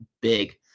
big